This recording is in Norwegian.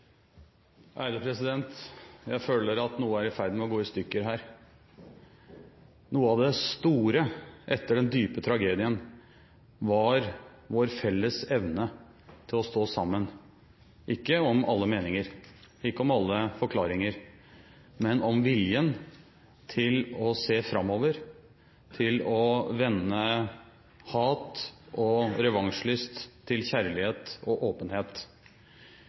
i ferd med å gå i stykker her. Noe av det store etter den dype tragedien var vår felles evne til å stå sammen – ikke om alle meninger, ikke om alle forklaringer, men om viljen til å se framover, til å vende hat og revansjlyst til kjærlighet og åpenhet.